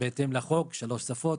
ובהתאם לחוק, בשלוש שפות.